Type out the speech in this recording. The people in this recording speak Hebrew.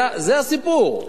זה הסיפור,